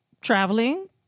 traveling